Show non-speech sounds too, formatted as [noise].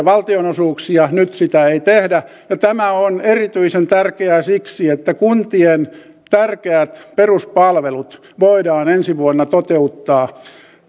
[unintelligible] valtionosuuksia nyt sitä ei tehdä ja tämä on erityisen tärkeää siksi että kuntien tärkeät peruspalvelut voidaan ensi vuonna toteuttaa